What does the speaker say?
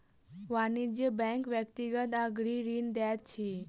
वाणिज्य बैंक व्यक्तिगत आ गृह ऋण दैत अछि